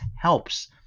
helps